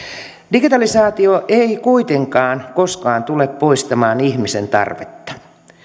digitalisaatio ei kuitenkaan koskaan tule poistamaan ihmisen tarvetta